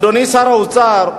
אדוני שר האוצר,